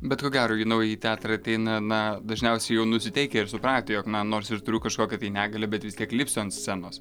bet ko gero į naująjį teatrą ateina na dažniausiai jau nusiteikę ir supratę jog na nors ir turiu kažkokią negalią bet vis tiek lipsiu ant scenos